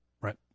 right